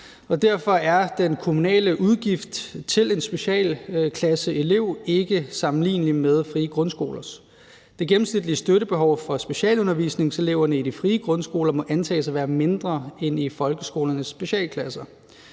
derfor er den kommunale udgift til en specialklasseelev ikke sammenlignelig med frie grundskolers. Det gennemsnitlige støttebehov for specialundervisningseleverne i de frie grundskoler må antages at være mindre end i folkeskolernes specialklasser.